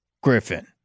Griffin